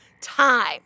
time